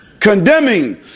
Condemning